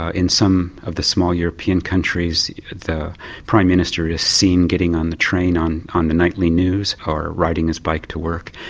ah in some of the small european countries the prime minister is seen getting on the train on on the nightly news, or riding his bike to work,